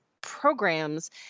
programs